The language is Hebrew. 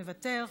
מוותר,